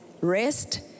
rest